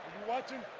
watching?